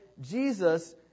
Jesus